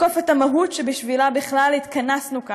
לתקוף את המהות שבשבילה בכלל התכנסנו כאן,